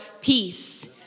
peace